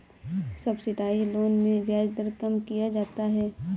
subsidised loan में ब्याज दर कम किया जाता है